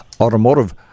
automotive